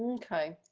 and okay,